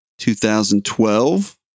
2012